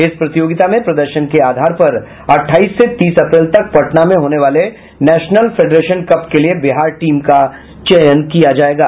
इस प्रतियोगिता में प्रदर्शन के आधार पर अठाईस से तीस अप्रैल तक पटना में होने वाले नेशनल फेडेरेशन कप के लिये बिहार टीम का चयन किया जायेगा है